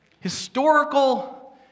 historical